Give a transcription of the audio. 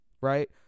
right